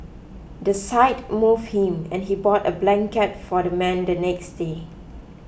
the sight moved him and he bought a blanket for the man the next day